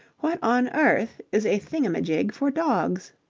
what on earth is a thingamajig for dogs?